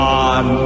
on